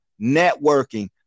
networking